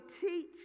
teach